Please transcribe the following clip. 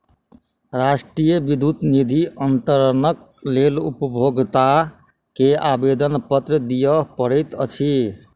राष्ट्रीय विद्युत निधि अन्तरणक लेल उपभोगता के आवेदनपत्र दिअ पड़ैत अछि